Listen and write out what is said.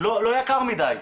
לא יקר מידי,